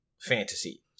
fantasy